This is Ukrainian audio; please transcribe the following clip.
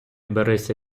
берися